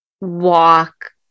walk